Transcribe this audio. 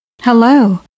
Hello